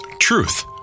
Truth